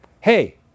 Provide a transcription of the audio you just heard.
hey